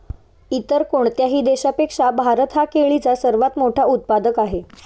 इतर कोणत्याही देशापेक्षा भारत हा केळीचा सर्वात मोठा उत्पादक आहे